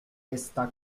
está